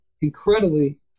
incredibly